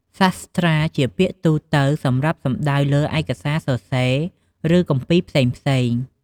សាស្ត្រា ជាពាក្យទូទៅសម្រាប់សំដៅលើឯកសារសរសេរ ឬគម្ពីរផ្សេងៗ។